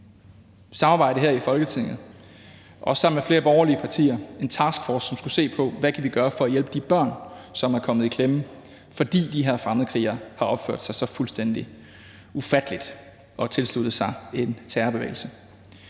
samarbejde her i Folketinget og sammen med flere borgerlige partier en taskforce, som skulle se på, hvad vi kunne gøre for at hjælpe de børn, som er kommet i klemme, fordi de her fremmedkrigere har opført sig så fuldstændig ufatteligt og har tilsluttet sig en terrorbevægelse.